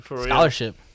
scholarship